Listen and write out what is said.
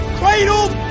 cradled